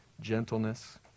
gentleness